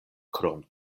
krom